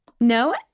No